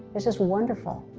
it's just wonderful.